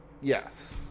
Yes